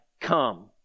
come